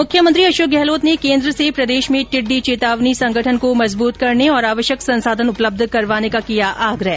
मुख्यमंत्री अशोक गहलोत ने केन्द्र से प्रदेश में टिड्डी चेतावनी संगठन को मजबूत करने और आवश्यक संसाधन उपलब्ध करवाने का किया आग्रह